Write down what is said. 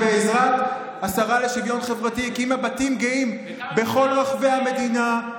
שבעזרת השרה לשוויון חברתי הקימה בתים גאים בכל רחבי המדינה,